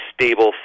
stable